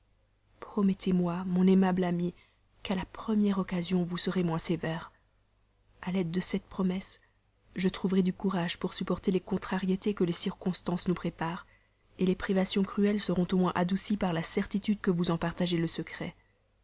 promettez-moi mon aimable amie qu'à la première occasion vous serez moins sévère a l'aide de cette promesse je trouverai du courage pour supporter les contrariétés que les circonstances nous préparent les privations cruelles seront au moins adoucies par la certitude que vous en partagez le regret